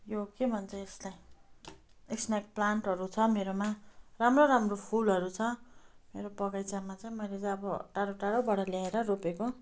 यो के भन्छ यसलाई स्नेक प्लान्टहरू छ मेरोमा राम्रो राम्रो फुलहरू छ मेरो बगैँचामा चाहिँ मैले अब टाढो टाढोबाट ल्याएर रोपेको